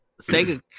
sega